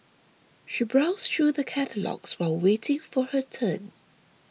she browsed through the catalogues while waiting for her turn